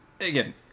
again